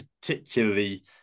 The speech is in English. particularly